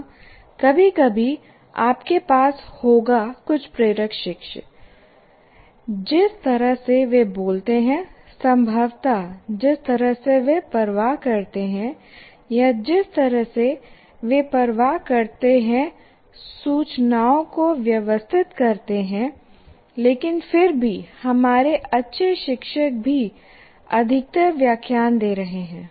हाँ कभी कभी आपके पास होगा कुछ प्रेरक शिक्षक जिस तरह से वे बोलते हैं संभवतः जिस तरह से वे परवाह करते हैं या जिस तरह से वे परवाह करते हैं सूचनाओं को व्यवस्थित करते हैं लेकिन फिर भी हमारे अच्छे शिक्षक भी अधिकतर व्याख्यान दे रहे हैं